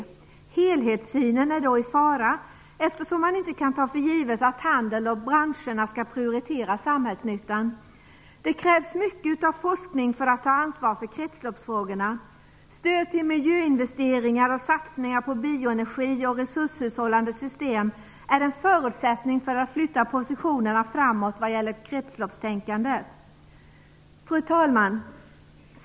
Helhetssynen är då i fara, eftersom man inte kan ta för givet att handeln och branscherna skall prioritera samhällsnyttan. Det krävs mycket av forskning för att ta ansvar för kretsloppsfrågorna. Stöd till miljöinvesteringar och satsning på bioenergi och resurshushållande system är en förutsättning för att flytta positionerna framåt vad gäller kretsloppstänkandet. Fru talman!